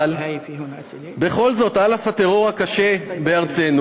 אבל בכל זאת, על אף הטרור הקשה בארצנו,